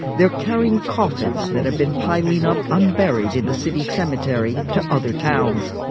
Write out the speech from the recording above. they're carrying coffins that have been piling up, unburied in the city cemetery, to other towns.